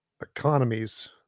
economies